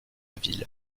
ville